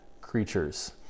creatures